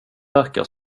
verkar